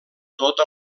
tota